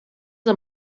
del